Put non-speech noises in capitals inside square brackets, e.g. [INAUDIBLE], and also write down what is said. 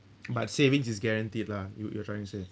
[NOISE] but savings is guaranteed lah you you trying to say